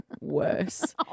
worse